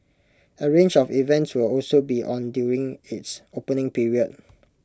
A range of events will also be on during its opening period